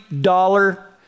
dollar